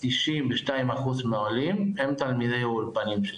92 אחוז מהעולים הם תלמידי האולפנים שלנו.